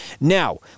Now